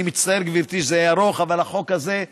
אני מצטער, גברתי, זה ארוך, אבל החוק הזה,